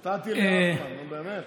נתתי, נו, באמת.